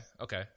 okay